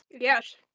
yes